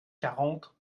quarante